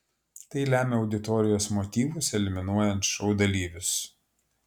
tai lemia auditorijos motyvus eliminuojant šou dalyvius